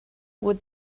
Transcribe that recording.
would